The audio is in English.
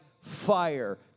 fire